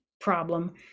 problem